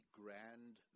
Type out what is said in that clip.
grand